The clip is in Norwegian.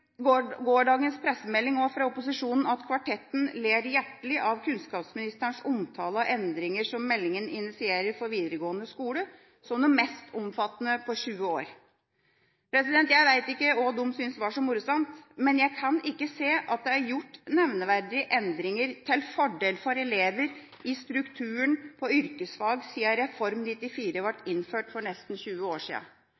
pressemelding fra opposisjonen at «kvartetten» ler hjertelig av kunnskapsministerens omtale av endringer som meldingen initierer for videregående skole, som de mest omfattende på 20 år. Jeg vet ikke hva de syntes var så morsomt, men jeg kan ikke se at det er gjort nevneverdige endringer – til fordel for elever – i strukturen på yrkesfag siden Reform 94 ble